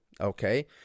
Okay